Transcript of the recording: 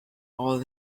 all